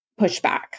pushback